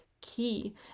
key